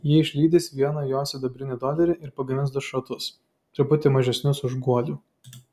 jie išlydys vieną jo sidabrinį dolerį ir pagamins du šratus truputį mažesnius už guolių